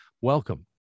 Welcome